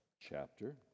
chapter